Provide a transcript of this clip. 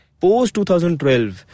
Post-2012